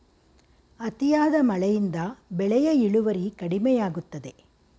ಅತಿಯಾದ ಮಳೆಯಿಂದ ಬೆಳೆಯ ಇಳುವರಿ ಕಡಿಮೆಯಾಗುತ್ತದೆ